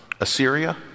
Assyria